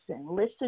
listen